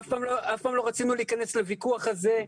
אף פעם לא רצינו להיכנס לוויכוח הזה,